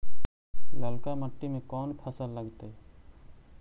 ललका मट्टी में कोन फ़सल लगतै?